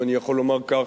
אם אני יכול לומר כך,